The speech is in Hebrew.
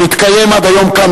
המתקיים עד היום כאן,